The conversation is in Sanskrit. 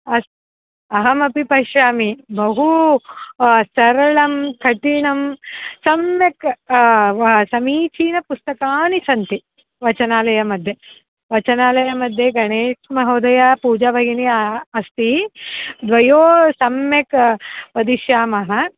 अस्तु अहमपि पश्यामि बहुसरलं कठिनं सम्यक् समीचीनपुस्तकानि सन्ति वाचनालयमध्ये वाचनालयमध्ये गणेशमहोदयः पूजा भगिनी अस्ति द्वयोः सम्यक् वदिष्यामः